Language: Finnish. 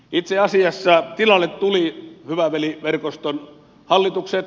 itse asiassa tilalle tulivat hyvä veli verkoston hallitukset